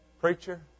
Preacher